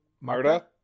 Marta